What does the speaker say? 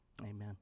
amen